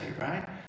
right